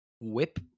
whip